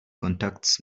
contacts